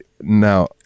Now